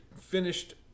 finished